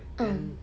mm